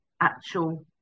actual